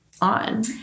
on